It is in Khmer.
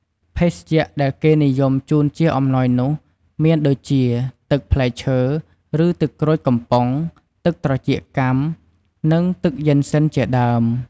ភេសជ្ជៈដែលគេនិយមជូនជាអំណោយនោះ មានដូចជា ទឹកផ្លែឈើ ឬ ទឹកក្រូចកំប៉ុង ទឹកត្រចៀកកាំ និង ទឹកយុិនសិនជាដើម។